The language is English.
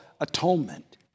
atonement